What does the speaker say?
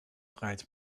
draait